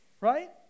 right